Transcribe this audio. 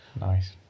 Nice